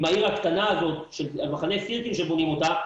העיר הקטנה הזאת של מחנה סירקין שבונים אותה,